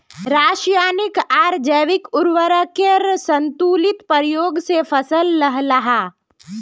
राशयानिक आर जैविक उर्वरकेर संतुलित प्रयोग से फसल लहलहा